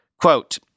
Quote